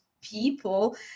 people